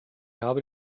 habe